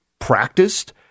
practiced